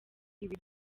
ibi